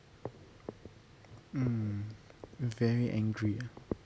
mm very angry ah